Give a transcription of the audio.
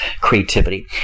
creativity